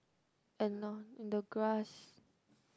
and now in the grass